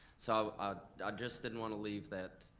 so i just didn't want to leave that,